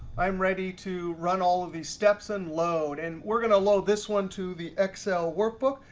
i'm ready to run all of these steps and load. and we're going to load this one to the excel workbook.